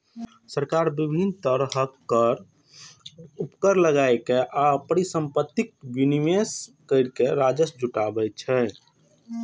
सरकार विभिन्न तरहक कर, उपकर लगाके आ परिसंपत्तिक विनिवेश कैर के राजस्व जुटाबै छै